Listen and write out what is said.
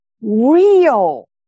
real